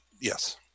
Yes